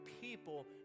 people